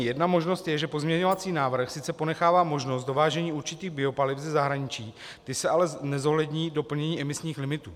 Jedna možnost je, že pozměňovací návrh sice ponechává možnost dovážení určitých biopaliv ze zahraničí, ta se ale nezohlední v doplnění emisních limitů.